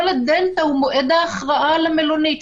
כל הדלתא הוא מועד ההכרעה למלונית.